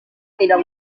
tidak